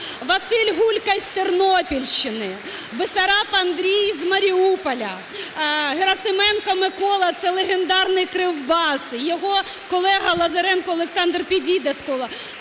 Василь Гулька із Тернопільщини, Бесараб Андрій з Маріуполя, Герасименко Микола, це легендарний "Кривбас". Його колега Лазаренко Олександр підійде скоро.